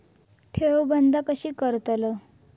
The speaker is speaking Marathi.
ठेव बंद कशी करतलव?